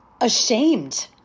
ashamed